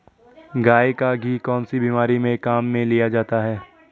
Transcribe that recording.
गाय का घी कौनसी बीमारी में काम में लिया जाता है?